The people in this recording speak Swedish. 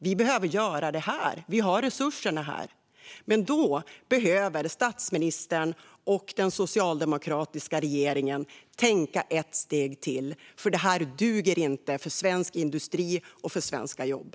Vi behöver göra det här. Vi har resurserna här. Men då behöver statsministern och den socialdemokratiska regeringen tänka ett steg till, för det här duger inte för svensk industri och för svenska jobb.